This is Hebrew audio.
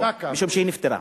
משום שהיא נפטרה.